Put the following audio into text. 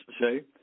say